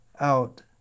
out